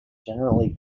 generally